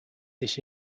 this